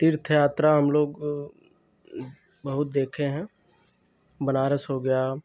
तीर्थ यात्रा हम लोग बहुत देखे हैं बनारस हो गया